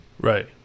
Right